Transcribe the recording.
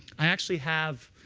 i actually have,